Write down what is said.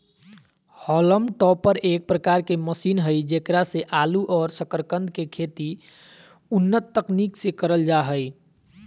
haulm topper एक प्रकार के मशीन हई जेकरा से आलू और सकरकंद के खेती उन्नत तकनीक से करल जा हई